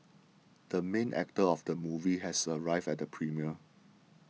the main actor of the movie has arrived at the premiere